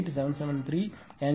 62 ° ஆக இருக்கும்